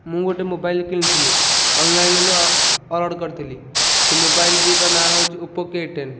ମୁଁ ଗୋଟେ ମୋବାଇଲ କିଣିଥିଲି ଅନଲାଇନରୁ ଅର୍ଡର କରିଥିଲି ସେ ମୋବାଇଲଟିର ନା ହେଉଛି ଓପୋ କେ ଟେନ